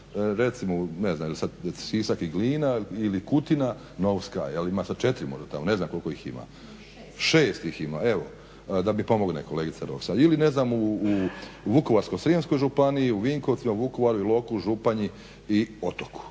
recimo ne znam Sisak ili Glina ili Kutina, Novska jel ima sada 4 tamo. Ne znam koliko ih ima? 6 ih ima evo da mi pomogne kolegice. Ili ne znam u Vukovarsko-srijemskoj županiji, u Vinkovcima, Vukovaru, Iloku, Županji i Otoku